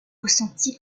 ressentie